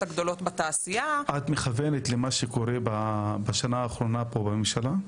הגדולות בתעשייה --- את מכוונת למה שקורה בשנה האחרונה פה בממשלה?